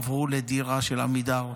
עברו לדירה של עמידר,